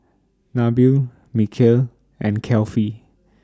Nabil Mikhail and Kefli